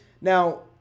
Now